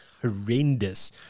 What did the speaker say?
horrendous